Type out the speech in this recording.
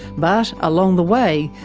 but along the way,